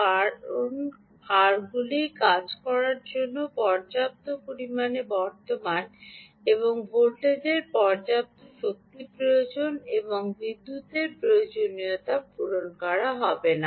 কারণ ভারগুলি কাজ করার জন্য পর্যাপ্ত পরিমাণে current এবং ভোল্টেজের পর্যাপ্ত শক্তি প্রয়োজন এবং বিদ্যুতের প্রয়োজনীয়তা পূরণ করা হবে না